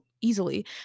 easily